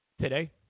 Today